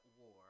war